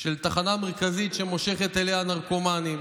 של התחנה המרכזית, שמושכת אליה נרקומנים